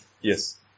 yes